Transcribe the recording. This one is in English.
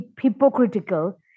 hypocritical